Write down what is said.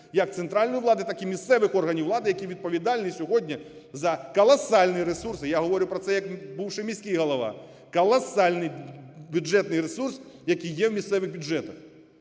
як центральної влади, так і місцевих органів влади, які відповідальні сьогодні за колосальні ресурси. Я говорю про це як бувший міський голова. Колосальний бюджетний ресурс, який є в місцевих бюджетах,